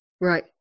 right